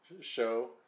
show